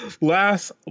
Last